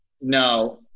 No